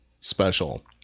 special